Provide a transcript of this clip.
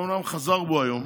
אומנם הוא חזר בו היום